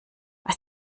was